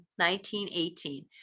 1918